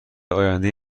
آیندهای